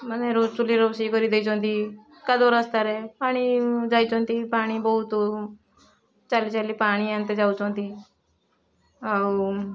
ମାନେ ଚୁଲ୍ହିରେ ରୋଷେଇ କରିଦେଇଛନ୍ତି କାଦୁଅ ରାସ୍ତାରେ ଆଣି ଯାଇଛନ୍ତି ପାଣି ବହୁତ ଚାଲିଚାଲି ପାଣି ଆଣିତେ ଯାଉଛନ୍ତି ଆଉ